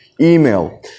Email